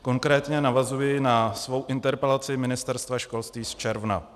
Konkrétně navazuji na svou interpelaci Ministerstva školství z června.